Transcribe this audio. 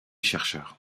chercheurs